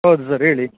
ಹೌದು ಸರ್ ಹೇಳಿ